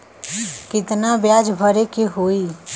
कितना ब्याज भरे के होई?